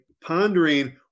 pondering